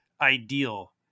ideal